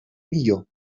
millor